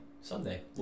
Someday